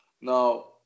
Now